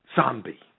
zombie